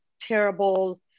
terrible